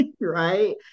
Right